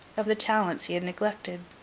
of the talents he had neglected.